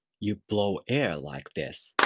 you blow air like this.